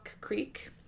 Creek